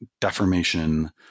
deformation